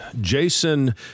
Jason